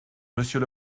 monsieur